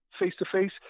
face-to-face